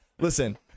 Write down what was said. listen